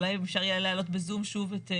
אולי אפשר להעלות את ראש